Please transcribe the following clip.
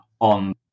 on